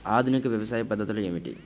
ఆధునిక వ్యవసాయ పద్ధతులు ఏమిటి?